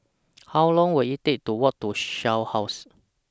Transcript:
How Long Will IT Take to Walk to Shell House